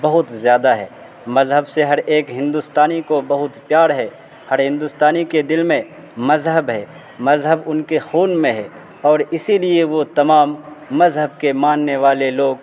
بہت زیادہ ہے مذہب سے ہر ایک ہندوستانی کو بہت پیار ہے ہر ہندوستانی کے دل میں مذہب ہے مذہب ان کے خون میں ہے اور اسی لیے وہ تمام مذہب کے ماننے والے لوگ